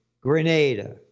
Grenada